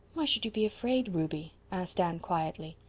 why should you be afraid, ruby? asked anne quietly.